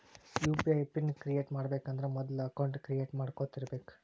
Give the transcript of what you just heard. UPI PIN create ಮಾಡಬೇಕಂದ್ರ ಮೊದ್ಲ account create ಮಾಡ್ಕೊಂಡಿರಬೆಕ್